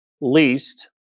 Least